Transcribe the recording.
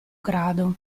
grado